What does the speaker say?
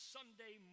Sunday